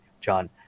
John